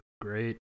great